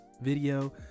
video